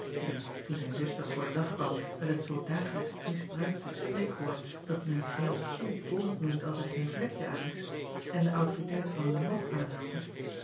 die toen zijn zuster voor den dag kwam met het zoo dagelijks misbruikte spreekwoord dat men geen koe bont noemt als er geen vlekje aan is en de autoriteit van e at aanhaalde